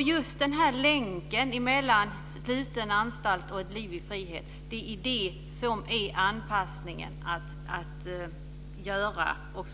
Just länken mellan sluten anstalt och ett liv i frihet är den anpassning som ska göras.